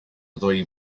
ddwy